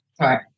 Right